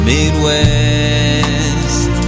Midwest